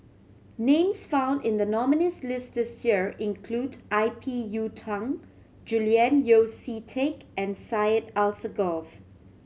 names found in the nominees' list this year include I P Yiu Tung Julian Yeo See Teck and Syed Alsagoff